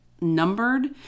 numbered